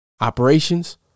Operations